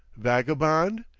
vagabond?